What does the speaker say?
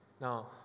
now